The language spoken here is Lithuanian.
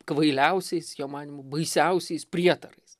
kvailiausiais jo manymu baisiausiais prietarais